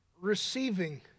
Receiving